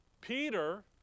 Peter